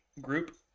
group